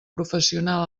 professional